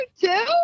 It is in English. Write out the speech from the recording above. two